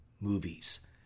movies